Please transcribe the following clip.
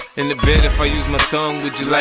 in the bed if i use my tone would you like